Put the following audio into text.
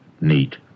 neat